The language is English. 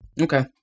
Okay